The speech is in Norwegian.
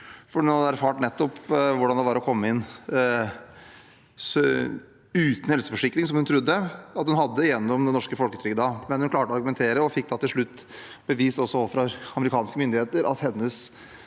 Han hadde erfart hvordan det var å komme inn uten helseforsikring, som han trodde at han hadde gjennom den norske folketrygden. Han klarte å argumentere og fikk til slutt bevist også overfor amerikanske myndigheter at hans